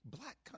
black